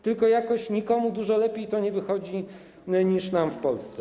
Tylko jakoś nikomu dużo lepiej to nie wychodzi niż nam w Polsce.